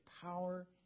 power